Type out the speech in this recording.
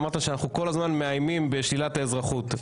אמרת שאנחנו כל הזמן מאיימים בשלילת האזרחות.